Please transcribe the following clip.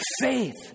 faith